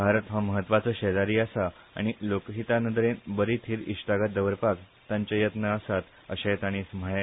भारत हो मत्वाचो शेजारी आसा आनी लोकहिता नदरेन बरी थिर इश्टागत दवरपाक ताचे यत्न आसात अशेंय ताणी म्हळे